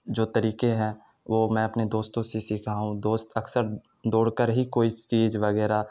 جو طریقے ہیں وہ میں اپنے دوستوں سے سیکھا ہوں دوست اکثر دوڑ کر ہی کوئی چیز وغیرہ